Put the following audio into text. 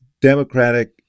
Democratic